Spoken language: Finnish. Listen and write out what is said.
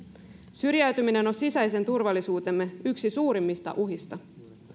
syrjäytyminen on sisäisen turvallisuutemme yksi suurimmista uhista